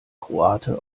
kroate